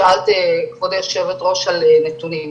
שאלת כבוד היושבת ראש על נתונים,